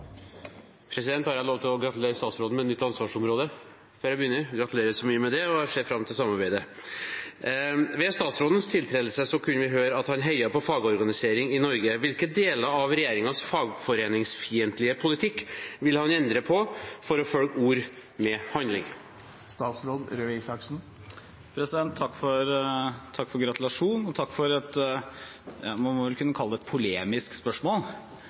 å gratulere statsråden med nytt ansvarsområde? – Gratulerer så mye med det! Jeg ser fram til samarbeidet. «Ved statsrådens tiltredelse kunne vi høre at han heiet på fagorganisering i Norge. Hvilke deler av regjeringens fagforeningsfiendtlige politikk vil han endre for å følge ord med handling?» Takk for gratulasjonen, og takk for det man vel må kunne kalle et polemisk spørsmål.